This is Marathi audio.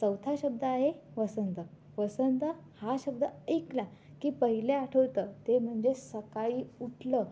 चौथा शब्द आहे वसंत वसंत हा शब्द ऐकला की पहिले आठवतं ते म्हणजे सकाळी उठलं